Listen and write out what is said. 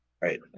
Right